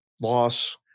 Loss